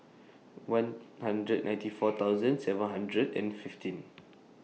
one hundred ninety four thousand seven hundred and fifteen